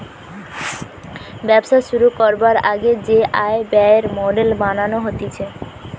ব্যবসা শুরু করবার আগে যে আয় ব্যয়ের মডেল বানানো হতিছে